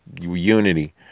unity